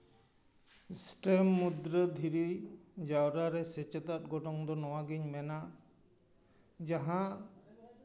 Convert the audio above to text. ᱮᱥᱴᱮᱱ ᱢᱩᱫᱽᱨᱟᱹ ᱫᱷᱤᱨᱤ ᱡᱟᱣᱨᱟ ᱨᱮ ᱥᱮᱪᱮᱫᱟᱜ ᱜᱚᱱᱚᱝ ᱫᱚ ᱱᱚᱣᱟᱜᱤᱧ ᱢᱮᱱᱟ ᱡᱟᱦᱟᱸ